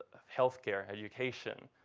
health care, education,